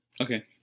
Okay